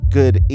good